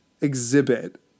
exhibit